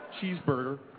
cheeseburger